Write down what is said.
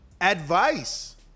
advice